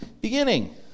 beginning